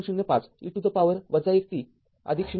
०५ e to the power १ t आदिक ०